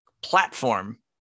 platform